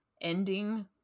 ending